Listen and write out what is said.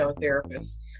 therapist